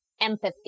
empathy